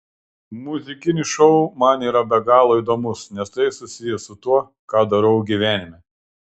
muzikinis šou man yra be galo įdomus nes tai susiję su tuo ką darau gyvenime